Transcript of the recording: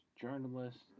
journalists